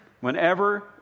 Whenever